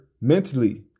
mentally